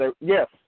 Yes